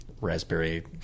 raspberry